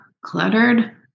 cluttered